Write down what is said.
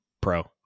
pro